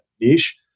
niche